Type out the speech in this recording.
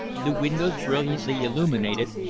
the windows brilliantly illuminated,